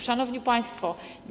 Szanowni Państwo!